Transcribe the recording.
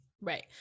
Right